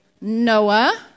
Noah